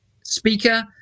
speaker